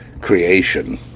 creation